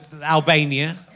Albania